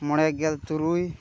ᱢᱚᱬᱮ ᱜᱮᱞ ᱛᱩᱨᱩᱭ